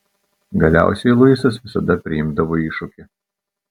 galiausiai luisas visada priimdavo iššūkį